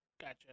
Gotcha